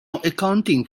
accounting